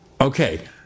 Okay